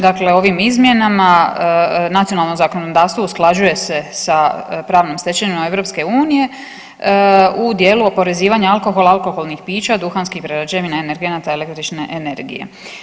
Dakle, ovim izmjenama nacionalno zakonodavstvo usklađuje se sa pravnom stečevinom EU u dijelu oporezivanja alkohola i alkoholnih pića, duhanskih prerađevina i energenata i električne energije.